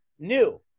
New